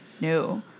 No